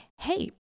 hey